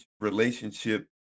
relationship